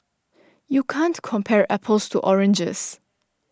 you can't compare apples to oranges